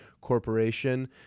corporation